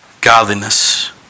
godliness